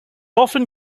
often